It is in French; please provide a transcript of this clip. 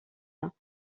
mais